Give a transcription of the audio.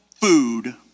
food